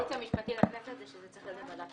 עמדת היועץ המשפטי לכנסת היא שזה צריך להיות בוועדת